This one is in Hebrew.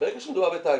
ברגע שמדובר בתאגיד,